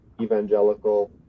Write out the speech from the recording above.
evangelical